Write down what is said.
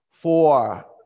Four